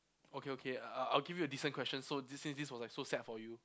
okay okay I'll I'll give you a decent question so this since this was like so sad for you